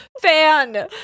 Fan